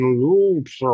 loops